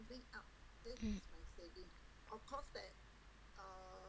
mm